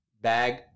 bag